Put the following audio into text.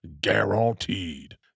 guaranteed